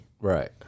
Right